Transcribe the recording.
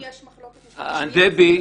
ואם יש מחלוקת --- דבי.